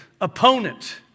opponent